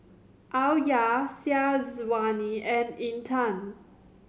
Alya Syazwani and Intan